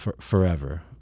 forever